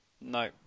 no